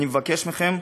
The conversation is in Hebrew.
אני מבקש מכם,